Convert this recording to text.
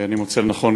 אני מוצא לנכון,